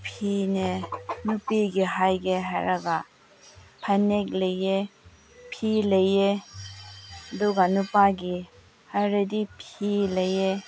ꯐꯤꯅꯦ ꯅꯨꯄꯤꯒꯤ ꯍꯥꯏꯒꯦ ꯍꯥꯏꯔꯒ ꯐꯅꯦꯛ ꯂꯩ ꯐꯤ ꯂꯩ ꯑꯗꯨꯒ ꯅꯨꯄꯥꯒꯤ ꯍꯥꯏꯔꯗꯤ ꯐꯤ ꯂꯩ